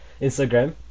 Instagram